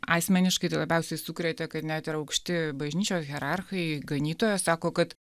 asmeniškai tai labiausiai sukrėtė kad net ir aukšti bažnyčios hierarchai ganytojai sako kad